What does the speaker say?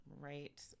right